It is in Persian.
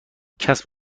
کسب